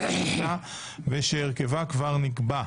הפנים והמדע ושהרכבה כבר נקבע.